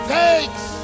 takes